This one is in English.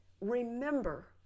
Remember